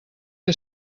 que